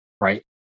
Right